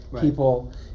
people